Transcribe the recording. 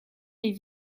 les